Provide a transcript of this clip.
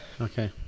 Okay